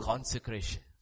Consecration